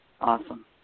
Awesome